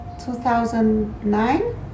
2009